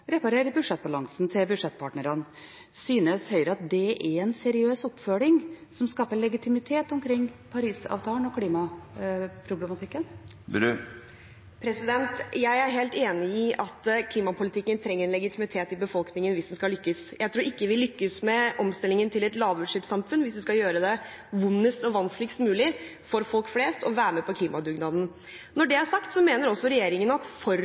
budsjettbalansen til budsjettpartnerne. Synes Høyre at det er en seriøs oppfølging, som skaper legitimitet omkring Paris-avtalen og klimaproblematikken? Jeg er helt enig i at klimapolitikken trenger en legitimitet i befolkningen hvis en skal lykkes. Jeg tror ikke vi lykkes med omstillingen til et lavutslippssamfunn hvis vi skal gjøre det vondest og vanskeligst mulig for folk flest å være med på klimadugnaden. Når det er sagt, mener også regjeringen at